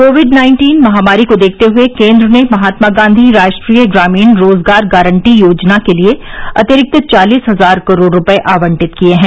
Covid nineteen महामारी को देखते हुए केन्द्र ने महात्मा गांधी राष्ट्रीय ग्रामीण रोजगार गारंटी योजना के लिए अतिरिक्त चालीस हजार करोड़ रुपये आवंटित किए हैं